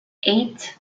eight